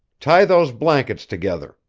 tie those blankets together,